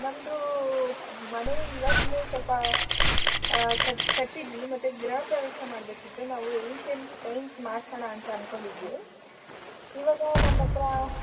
ನಮ್ಮದು ಮನೆ ಇವಾಗಿನ್ನೂ ಸ್ವಲ್ಪ ಕಟ್ಟಿ ಕಟ್ಟಿದಿವಿ ಮತ್ತು ಗೃಹಪ್ರವೇಶ ಮಾಡಬೇಕಿತ್ತು ನಾವು ಏಷ್ಯನ್ಸ್ ಪೇಂಟ್ಸ್ ಮಾಡ್ಸೋಣ ಅಂತ ಅನ್ಕೊಂಡಿದಿವಿ ಇವಾಗ ನಮ್ಮ ಹತ್ರ